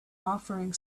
offering